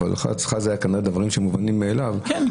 אצלך זה כנראה דברים שמובנים מאליו -- כן,